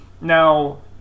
Now